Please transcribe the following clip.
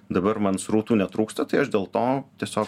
dabar man srautų netrūksta tai aš dėl to tiesiog